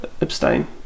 abstain